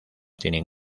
tienen